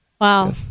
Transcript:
Wow